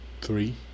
Three